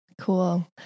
Cool